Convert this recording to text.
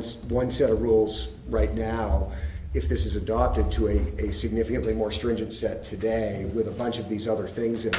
step one set of rules right now if this is adopted to a a significantly more stringent set today with a bunch of these other things if